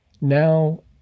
now